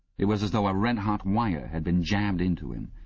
it was as though a red-hot wire had been jabbed into him.